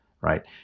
right